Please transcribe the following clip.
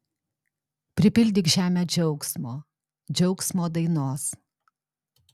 pripildyk žemę džiaugsmo džiaugsmo dainos